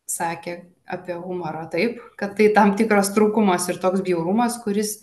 sakė apie humorą taip kad tai tam tikras trūkumas ir toks bjaurumas kuris